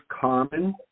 common